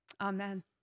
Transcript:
Amen